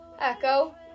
Echo